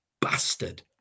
bastard